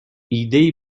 ایدهای